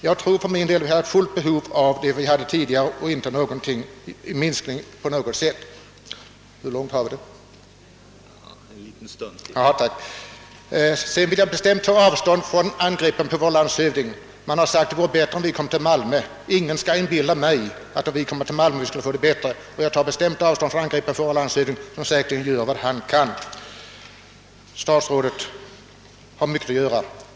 Jag anser att vi har behov av att få den bostadskvot vi tidigare haft utan någon minskning. Vidare vill jag bestämt ta avstånd från angreppen på vår landshövding. Man har sagt att det vore bättre om vi fördes till Malmöhus län. Men ingen skall inbilla mig att det vore bättre. Jag tar alltså bestämt avstånd från angreppen på vår landshövding, som sä: kerligen gör vad han kan. Statsrådet har mycket att göra.